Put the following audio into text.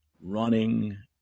running